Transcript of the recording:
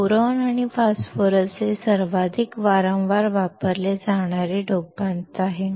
boron आणि phosphorus हे सर्वाधिक वारंवार वापरले जाणारे डोपंट आहेत